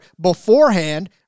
beforehand